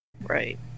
Right